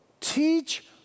teach